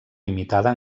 limitada